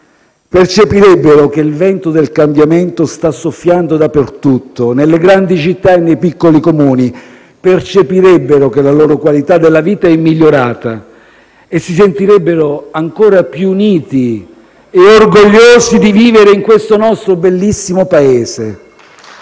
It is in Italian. Percepirebbero che il vento del cambiamento sta soffiando dappertutto, nelle grandi città e nei piccoli Comuni; percepirebbero che la loro qualità della vita è migliorata e si sentirebbero ancora più uniti e orgogliosi di vivere in questo nostro bellissimo Paese.